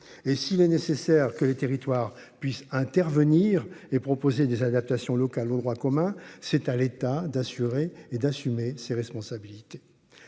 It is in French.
et s'il est nécessaire que les territoires puissent intervenir et proposer des adaptations locales au droit commun. C'est à l'État d'assurer et d'assumer ses responsabilités.